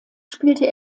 spielte